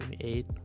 eight